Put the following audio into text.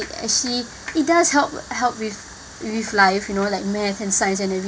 actually it does help help with with life you know like math and science and everything